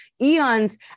eons